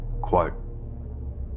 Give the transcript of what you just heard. quote